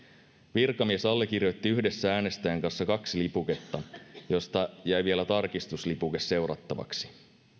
virkamies allekirjoitti yhdessä äänestäjän kanssa kaksi lipuketta joista jäi vielä tarkistuslipuke seurattavaksi